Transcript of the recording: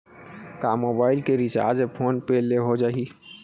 का मोबाइल के recharge PhonePe ले हो जाही?